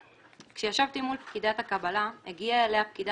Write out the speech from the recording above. כשישבתי מול פקידת הקבלה הגיעה אליה פקידה